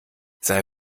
sei